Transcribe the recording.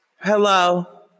Hello